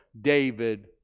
David